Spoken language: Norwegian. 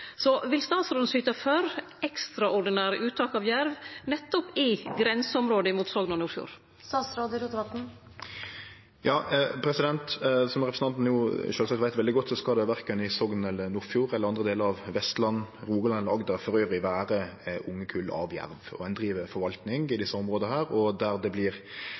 Så vil statsråden syte for ekstraordinære uttak av jerv nettopp i grenseområda mot Sogn og Nordfjord? Som representanten sjølvsagt veit veldig godt, skal det verken i Sogn eller i Nordfjord eller andre delar av Vestland, Rogaland og Agder vere ungekull av jerv. Ein driv forvalting i desse områda, og der det